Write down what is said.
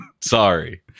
Sorry